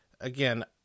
again